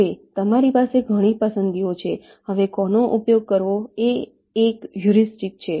હવે તમારી પાસે ઘણી પસંદગીઓ છે હવે કોનો ઉપયોગ કરવો તે એક હ્યુરિસ્ટિક છે